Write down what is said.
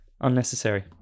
Unnecessary